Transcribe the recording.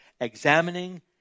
Examining